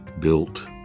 built